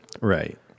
Right